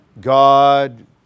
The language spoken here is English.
God